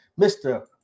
Mr